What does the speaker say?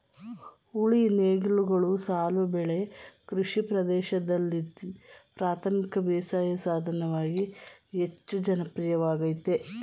ಉಳಿ ನೇಗಿಲುಗಳು ಸಾಲು ಬೆಳೆ ಕೃಷಿ ಪ್ರದೇಶ್ದಲ್ಲಿ ಪ್ರಾಥಮಿಕ ಬೇಸಾಯ ಸಾಧನವಾಗಿ ಹೆಚ್ಚು ಜನಪ್ರಿಯವಾಗಯ್ತೆ